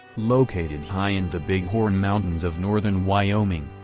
located high in the bighorn mountains of northern wyoming,